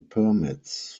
permits